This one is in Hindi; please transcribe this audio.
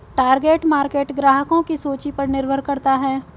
टारगेट मार्केट ग्राहकों की रूचि पर निर्भर करता है